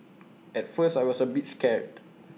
at first I was A bit scared